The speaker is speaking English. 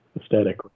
aesthetic